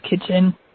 Kitchen